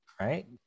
right